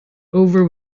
over